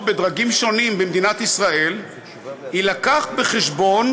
בדרגים שונים במדינת ישראל יובאו בחשבון